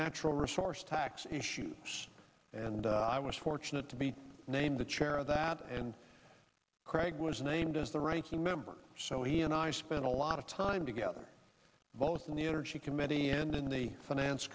natural resource tax issues and i was fortunate to be named the chair of that and craig was named as the ranking member so he and i spent a lot of time together both in the energy committee and in the finance